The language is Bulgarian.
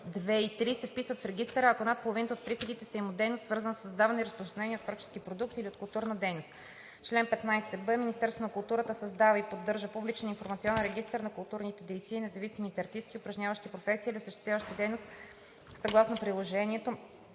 2 и 3 се вписват в регистъра, ако над половината от приходите им са от дейност, свързана със създаване и разпространение на творчески продукт или от културна дейност. Чл. 15б. Министерството на културата създава и поддържа публичен информационен регистър на културните дейци и независимите артисти, упражняващи професия или осъществяващи дейност съгласно приложението